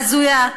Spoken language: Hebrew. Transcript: הזויה,